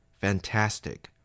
Fantastic